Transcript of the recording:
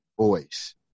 voice